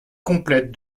complète